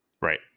Right